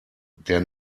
der